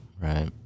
Right